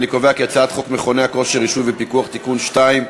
אני קובע כי הצעת חוק מכוני כושר (רישוי ופיקוח) (תיקון מס' 2),